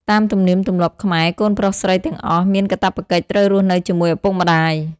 តាមទំនៀមទម្លាប់ខ្មែរ កូនប្រុសស្រីទាំងអស់ មានកាតព្វកិច្ចត្រូវរស់នៅជាមួយឪពុកម្តាយ។